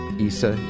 Issa